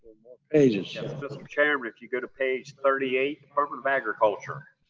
pages? so mr. chairman, if you go to page thirty eight, department of agriculture.